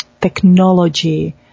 technology